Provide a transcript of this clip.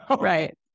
Right